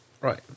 Right